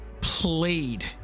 played